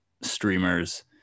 streamers